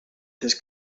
his